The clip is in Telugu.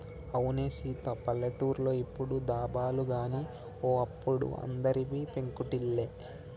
అవునే సీత పల్లెటూర్లో ఇప్పుడు దాబాలు గాని ఓ అప్పుడు అందరివి పెంకుటిల్లే